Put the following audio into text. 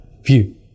view